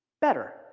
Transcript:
better